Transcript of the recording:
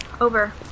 Over